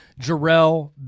Jarrell